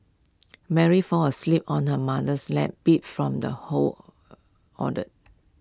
Mary fall asleep on her mother's lap beat from the whole order